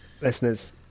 listeners